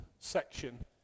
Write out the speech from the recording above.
section